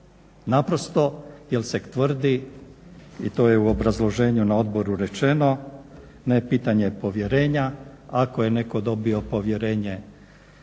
Naprosto, jer se tvrdi i to je u obrazloženju na odboru rečenu, ne pitanje povjerenja. Ako je neko dobio povjerenje